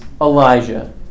Elijah